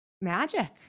magic